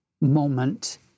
moment